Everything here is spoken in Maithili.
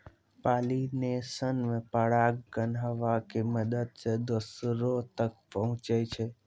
पालिनेशन मे परागकण हवा के मदत से दोसरो तक पहुचै छै